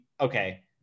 okay